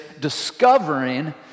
Discovering